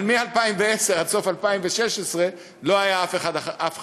אבל מ-2010 עד סוף 2016 לא היה שום סולק חדש.